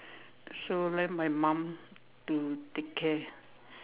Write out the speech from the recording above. so left my mum to take care